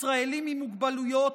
ישראלים עם מוגבלויות,